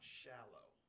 shallow